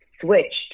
switched